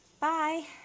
Bye